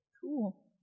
Cool